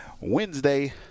Wednesday